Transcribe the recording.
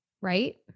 right